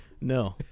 No